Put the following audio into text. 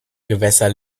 gewässern